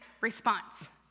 response